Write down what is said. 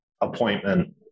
appointment